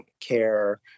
care